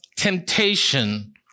temptation